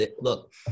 look